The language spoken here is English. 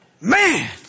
Man